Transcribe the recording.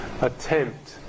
attempt